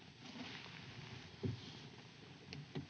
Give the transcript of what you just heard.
Kiitos,